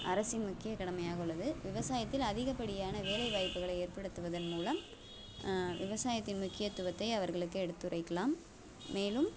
அரசின் முக்கிய கடமையாக உள்ளது விவசாயத்தில் அதிகப்படியான வேலைவாய்ப்புகளை ஏற்படுத்துவதன் மூலம் விவசாயத்தின் முக்கியத்துவத்தை அவர்களுக்கு எடுத்துரைக்கலாம் மேலும்